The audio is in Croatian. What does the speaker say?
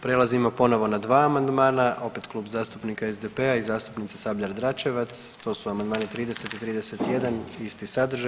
Prelazimo ponovo na dva amandmana opet Klub zastupnika SDP-a i zastupnica Sabljar Dračevac, to su amandmani 30 i 31 isti sadržaj.